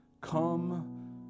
Come